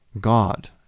God